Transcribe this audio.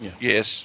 Yes